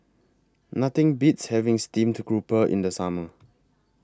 Nothing Beats having Steamed Grouper in The Summer